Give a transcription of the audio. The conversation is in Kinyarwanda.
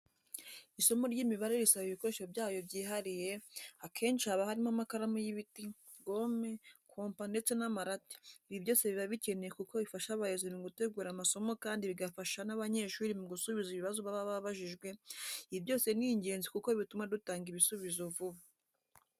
Isomo ry'imibare risaba ibikoresho byayo byihariye, akenshi haba harimo amakaramu y'ibiti, gome, kompa ndetse n'amarati, ibi byose biba bikenewe kuko bifasha abarezi mu gutegura amasomo kandi bigafasha n'abanyeshuri mu gusubiza ibibazo baba babajijwe, ibi byose ni ingenzi kuko bituma dutanga ibisubizo vuba.